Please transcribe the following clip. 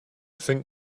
think